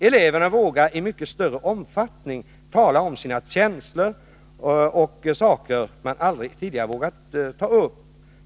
Eleverna vågar i mycket större omfattning tala om sina känslor och saker man aldrig tidigare vågat ta upp.